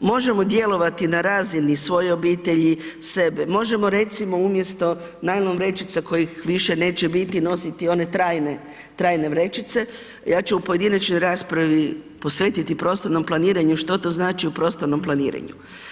možemo djelovati na razini svoje obitelji, sebe, možemo recimo umjesto najlon vrećica kojih više neće biti nositi one trajne, trajne vrećice, ja ću u pojedinačnoj raspravi posvetiti prostornom planiranju, što to znači u prostornom planiranju.